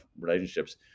relationships